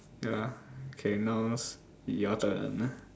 ya okay now's your turn